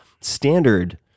standard